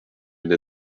une